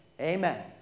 amen